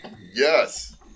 Yes